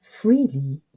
freely